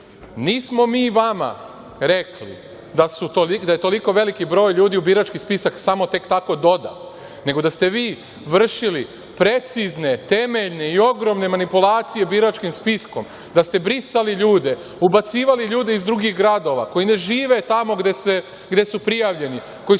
nismo mi vama rekli da je toliko veliki broj ljudi u birački spisak samo tek tako dodat, nego da ste vi vršili precizne, temeljne i ogromne manipulacije biračkim spiskom, da ste brisali ljude, ubacivali ljude iz drugih gradova koji ne žive tamo gde su prijavljeni, koji su